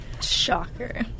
Shocker